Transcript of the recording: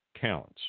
counts